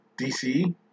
DC